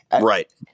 right